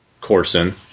Corson